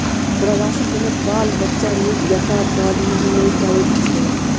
प्रवासी जनक बाल बच्चा नीक जकाँ पढ़ि नै पबैत छै